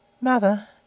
Mother